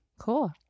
cool